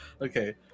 okay